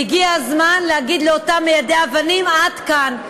והגיע הזמן להגיד לאותם מיידי אבנים: עד כאן.